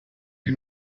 che